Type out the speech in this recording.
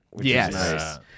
Yes